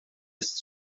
ist